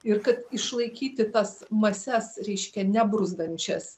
ir kad išlaikyti tas mases reiškia nebruzdančius